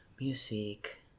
Music